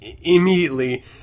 immediately